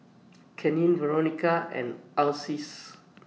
Keenen Veronica and Ulysses